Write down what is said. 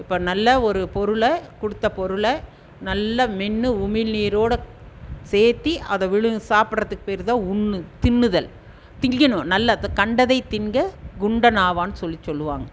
இப்போ நல்ல ஒரு பொருளை கொடுத்த பொருளை நல்லா மென்று உமிழ்நீரோடு சேர்த்தி அதை விழுங் சாப்பிடறத்துக் பேர் தான் உண்ணு தின்னுதல் திங் தின்கணும் நல்லத்தை கண்டதை தின்க குண்டன் ஆவான் சொல்லி சொல்லுவாங்க